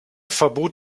verbot